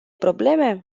probleme